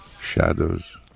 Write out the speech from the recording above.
shadows